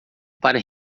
para